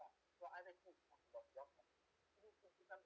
point